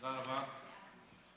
תודה רבה.